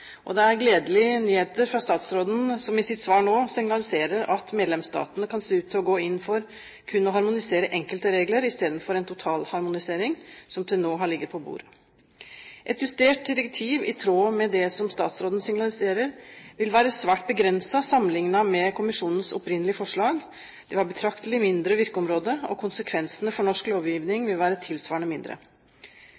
Det er gledelige nyheter fra statsråden, som i sitt svar nå signaliserer at medlemsstatene kan se ut til å gå inn for kun å harmonisere enkelte regler istedenfor en totalharmonisering, som til nå har ligget på bordet. Et justert direktiv i tråd med det som statsråden signaliserer, vil være svært begrenset sammenlignet med kommisjonens opprinnelige forslag. Det vil ha et betraktelig mindre virkeområde, og konsekvensene for norsk lovgivning